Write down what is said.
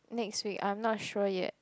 next week I'm not sure yet